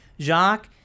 Jacques